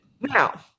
Now